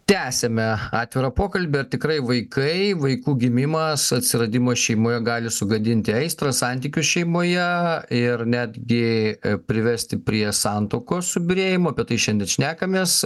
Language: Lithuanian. tęsiame atvirą pokalbį ar tikrai vaikai vaikų gimimas atsiradimas šeimoje gali sugadinti aistrą santykius šeimoje ir netgi privesti prie santuokos subyrėjimo apie tai šiandien šnekamės